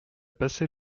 passé